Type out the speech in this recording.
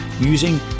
Using